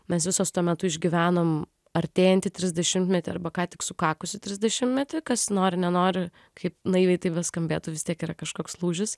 mes visos tuo metu išgyvenom artėjantį trisdešimtmetį arba ką tik sukakusi trisdešimtmetį kas nori nenori kaip naiviai tai beskambėtų vis tiek yra kažkoks lūžis